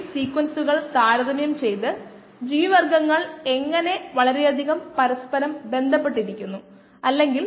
1 ശതമാനമായി കുറയുമ്പോൾ ഈ കണ്ടീഷൻ ആണ് നമുക്ക് പ്രോബ്ലം ബി ആവശ്യമുള്ളത്